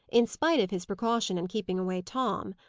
in spite of his precaution in keeping away tom.